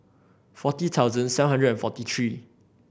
forty thousand seven hundred and forty three